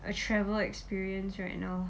a travel experience right